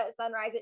sunrise